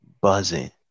buzzing